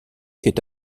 est